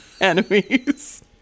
enemies